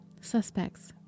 suspects